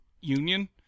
Union